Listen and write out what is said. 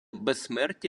безсмертя